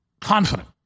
confident